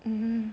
mm